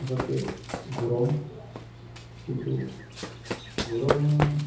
আচলতে গৰম কিন্তু গৰম